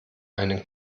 einen